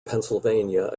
pennsylvania